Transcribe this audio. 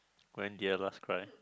when did I last cry